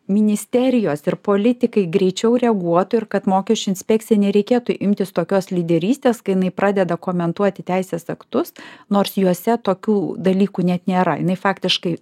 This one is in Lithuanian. ministerijos ir politikai greičiau reaguotų ir kad mokesčių inspekcijai nereikėtų imtis tokios lyderystės kai jinai pradeda komentuoti teisės aktus nors juose tokių dalykų net nėra jinai faktiškai